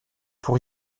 pour